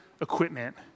equipment